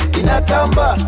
inatamba